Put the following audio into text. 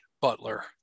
Butler